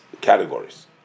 categories